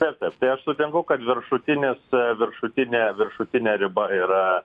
taip taip tai aš sutinku kad viršutinis viršutinė viršutinė riba yra